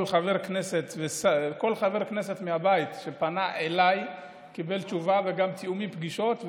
כל חבר כנסת מהבית שפנה אליי קיבל תשובה וגם תיאומי פגישות.